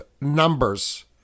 numbers